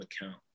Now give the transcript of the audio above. account